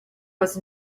was